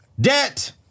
Debt